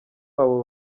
abo